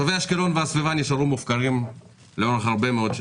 תושבי אשקלון והסביבה נשארו מופקרים לאורך שנים רבות מאוד.